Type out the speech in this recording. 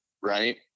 right